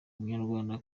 umunyarwanda